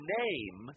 name